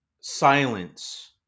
silence